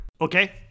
Okay